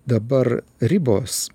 dabar ribos